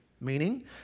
meaning